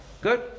Good